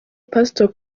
pastor